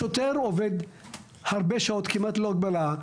שוטר עובד הרבה שעות, כמעט ללא הגבלה.